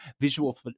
visual